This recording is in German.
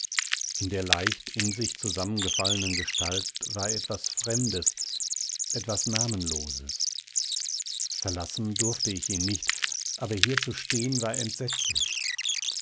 in der leicht in sich zusammengefallenen gestalt war etwas fremdes etwas namenloses verlassen durfte ich ihn nicht aber hier zu stehen war entsetzlich